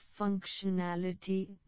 functionality